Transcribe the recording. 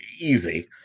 easy